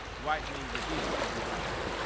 widening the digital divide.